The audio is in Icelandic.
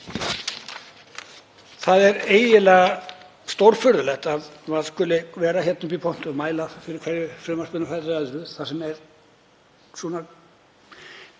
Það er eiginlega stórfurðulegt að maður skuli vera hérna uppi í pontu og mæla fyrir hverju frumvarpinu á fætur öðru þar sem er svona